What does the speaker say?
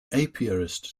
apiarist